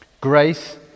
grace